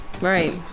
Right